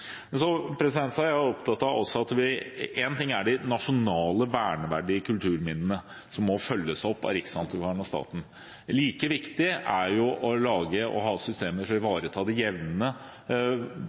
så skal vi videre fra statens side. Én ting er de nasjonale, verneverdige kulturminnene, som må følges opp av Riksantikvaren og staten. Like viktig er det å ha systemer for å